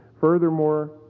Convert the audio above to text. Furthermore